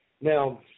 now